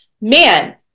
Man